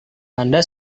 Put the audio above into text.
anda